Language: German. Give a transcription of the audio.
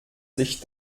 sich